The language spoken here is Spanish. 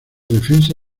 defensa